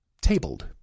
tabled